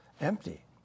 empty